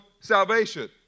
salvation